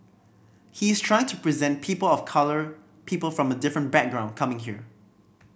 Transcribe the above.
he's trying to present people of colour people from a different background coming here